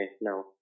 No